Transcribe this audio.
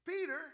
Peter